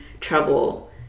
trouble